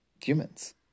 humans